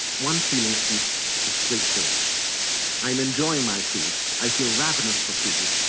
one feeling at least was straightforward i am enjoying my food, i feel ravenous for food.